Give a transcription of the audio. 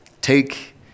take